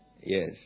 yes